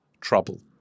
trouble